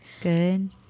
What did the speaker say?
Good